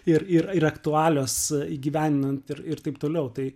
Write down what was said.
ir ir ir aktualios įgyvendinant ir ir taip toliau tai